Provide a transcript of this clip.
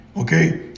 okay